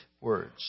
words